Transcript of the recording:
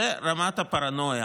זו רמת הפרנויה